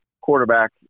quarterback